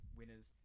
winners